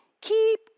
Keep